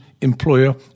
employer